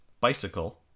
Bicycle